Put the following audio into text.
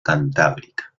cantábrica